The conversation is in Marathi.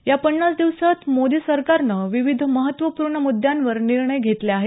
या पन्नास दिवसांत मोदी सरकारनं विविध महत्वपूर्ण मृद्दांवर निर्णय घेतले आहेत